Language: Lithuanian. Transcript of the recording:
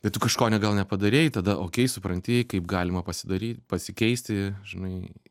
bet tu kažko ne gal nepadarei tada okei supranti kaip galima pasidaryti pasikeisti žinai